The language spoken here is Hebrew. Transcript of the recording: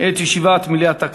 את ישיבת מליאת הכנסת.